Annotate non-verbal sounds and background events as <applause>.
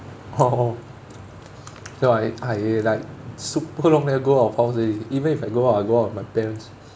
<laughs> so I I like super long never go out of house already even if I go out I go out with my parents